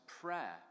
prayer